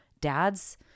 dad's